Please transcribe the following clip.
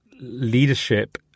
leadership